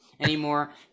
anymore